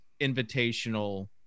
invitational